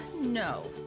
no